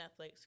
netflix